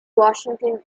washington